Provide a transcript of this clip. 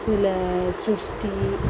இதில் ஸ்ருஷ்டி